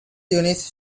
units